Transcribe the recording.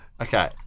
okay